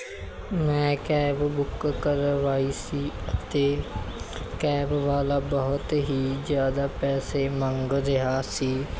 ਮੈਂ cab book ਕਰਵਾਈ ਸੀ ਅਤੇ ਕੈਬ ਵਾਲਾ ਬਹੁਤ ਹੀ ਜ਼ਿਆਦਾ ਪੈਸੇ ਮੰਗ ਰਿਹਾ ਸੀ